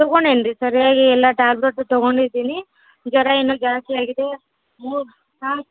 ತಗೋಂಡೆನ್ ರೀ ಸರಿಯಾಗಿ ಎಲ್ಲ ಟ್ಯಾಬ್ಲೆಟು ತಗೋಂಡಿದಿನಿ ಜ್ವರ ಇನ್ನು ಜಾಸ್ತಿಯಾಗಿದೆ ಮೂಗು ಹಾಂ